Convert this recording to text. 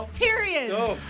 Period